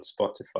Spotify